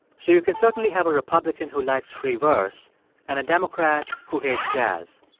so you can certainly have a republican who likes free verse and a democrat who hates jazz.